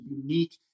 unique